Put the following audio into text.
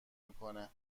میکنه